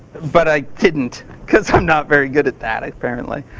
but i couldn't cause i'm not very good at that apparently.